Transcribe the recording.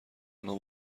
آنها